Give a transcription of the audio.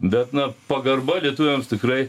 bet na pagarba lietuviams tikrai